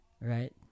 right